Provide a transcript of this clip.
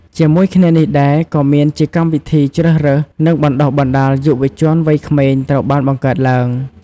ជាមួយគ្នានេះដែរ ក៏មានជាកម្មវិធីជ្រើសរើស និងបណ្ដុះបណ្ដាលយុវជនវ័យក្មេងត្រូវបានបង្កើតឡើង។